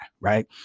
right